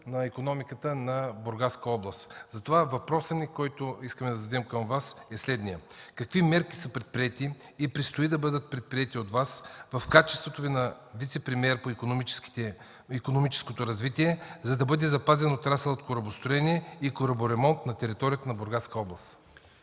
на икономиката на Бургаска област. Затова въпросът, който искаме да зададем към Вас, е следният: какви мерки са предприети и предстои да бъдат предприети от Вас в качеството Ви на вицепремиер по икономическото развитие, за да бъде запазен отрасълът „Корабостроене и кораборемонт” на територията на Бургаска област?